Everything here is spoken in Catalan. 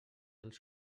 als